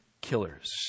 killers